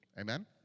amen